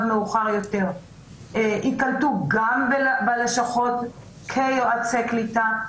מאוחר יותר יקלטו גם בלשכות כיועצי קליטה,